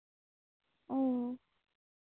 ᱚᱻ